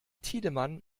tiedemann